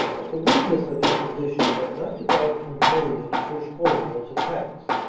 but the weakness of his position had not developed from failure to push home those attacks.